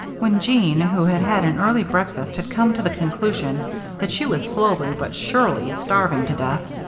when jeanne, who had had an early breakfast, had come to the conclusion that she was slowly but surely starving to death,